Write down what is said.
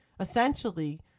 essentially